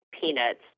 peanuts